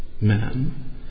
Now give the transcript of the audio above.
man